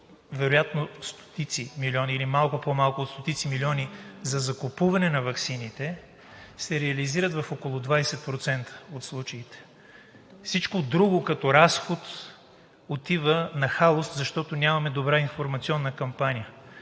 вероятно стотици милиони, или малко по-малко от стотици милиони за закупуване на ваксините, се реализират в около 20% от случаите. Всичко друго като разход отива нахалост, защото нямаме добра информационна кампания.